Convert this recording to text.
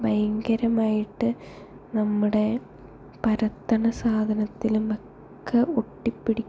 ഭയങ്കരമായിട്ട് നമ്മുടെ പരത്തണ സാധനത്തിലും ഒക്കെ ഒട്ടിപ്പിടിക്കും